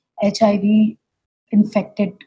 HIV-infected